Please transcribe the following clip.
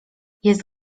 jest